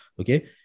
Okay